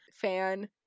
fan